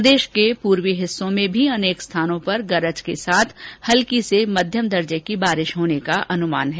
प्रदेश के पूर्वी हिस्सों में अनेक स्थानों पर गरज के साथ हल्की से मध्यम दर्जे की बारिश होने का अनुमान है